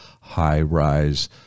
high-rise